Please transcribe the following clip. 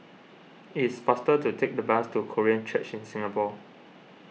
it is faster to take the bus to Korean Church in Singapore